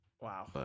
Wow